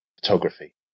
photography